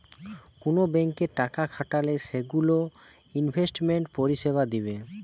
কুন ব্যাংকে টাকা খাটালে সেগুলো ইনভেস্টমেন্ট পরিষেবা দিবে